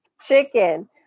Chicken